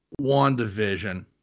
Wandavision